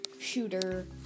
shooter